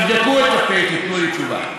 תבדקו את הפ', תיתנו לי תשובה.